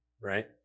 Right